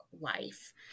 life